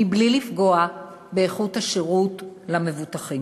בלי לפגוע באיכות השירות למבוטחים.